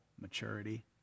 maturity